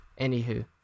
anywho